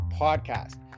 podcast